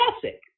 classic